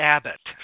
Abbott